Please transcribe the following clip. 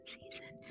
season